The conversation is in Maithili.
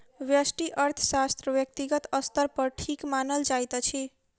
व्यष्टि अर्थशास्त्र व्यक्तिगत स्तर पर ठीक मानल जाइत अछि